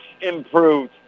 improved